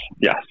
yes